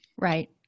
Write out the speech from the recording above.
Right